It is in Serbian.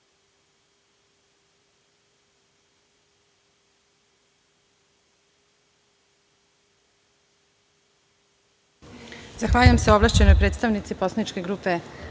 Zahvaljujem se ovlašćenom predstavniku Poslaničke grupe